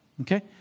Okay